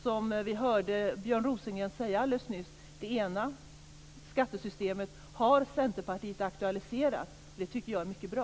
Som vi hörde Björn Rosengren säga alldeles nyss: Det ena - skattesystemet - har Centerpartiet aktualiserat. Det tycker jag är mycket bra.